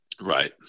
Right